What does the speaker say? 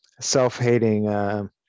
self-hating